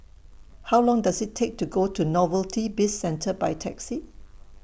How Long Does IT Take to Go to Novelty Bizcentre By Taxi